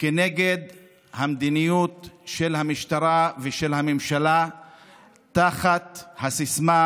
כנגד המדיניות של המשטרה ושל הממשלה תחת הסיסמה: